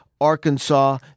Arkansas